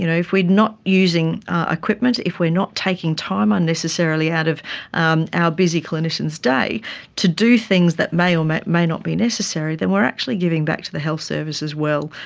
you know if we are not using equipment, if we are not taking time unnecessarily out of and our busy clinicians' day to do things that may or may may not be necessary, then we are actually giving back to the health service as well.